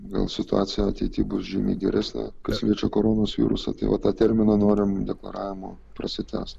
gal situacija ateity bus žymiai geresnė kas liečia koronos virusą ta va tą terminą norim deklaravimo prasitęst